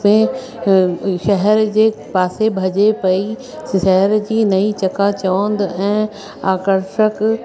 में शहर जे पासे भॼे पई स शहर जी नई चकाचौंद ऐं आकर्षक